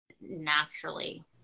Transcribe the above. naturally